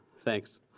Thanks